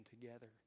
together